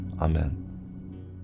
Amen